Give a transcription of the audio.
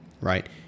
Right